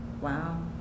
Wow